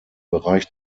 bereich